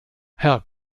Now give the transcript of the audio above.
herr